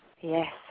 Yes